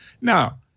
Now